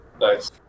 Nice